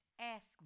Ask